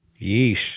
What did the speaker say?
Yeesh